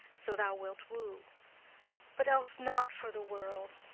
so thou wilt woo but else, not for the world.